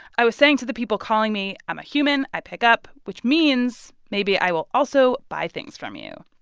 i was saying to the people calling me, i'm a human. i pick up, which means maybe i will also buy things from you.